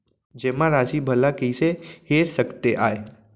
जेमा राशि भला कइसे हेर सकते आय?